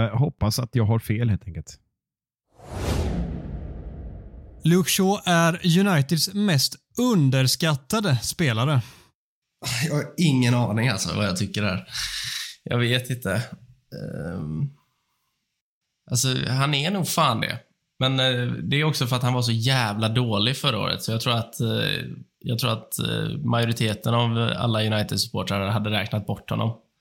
Jag hoppas att jag har fel, helt enkelt. Luke Shaw är Uniteds mest underskattade spelare. Jag har ingen aning, alltså, vad jag tycker här. Jag vet inte. Ehm, alltså, han är nog fan det. Men, eh, det är också för att han var så jävla dålig förra året, så jag tror att, eh, jag tror att, eh, majoriteten av alla United-supportrar hade räknat bort honom.